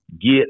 Get